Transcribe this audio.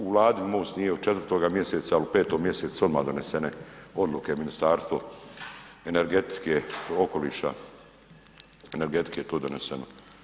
U Vladi MOST nije od 4. mjeseca al u 5. mjesecu su odmah donesene odluke Ministarstvo energetike, okoliša energetike to je doneseno.